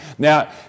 Now